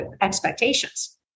expectations